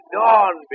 dawn